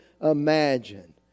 imagine